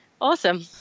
awesome